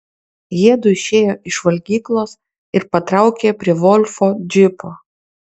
jiedu išėjo iš valgyklos ir patraukė prie volfo džipo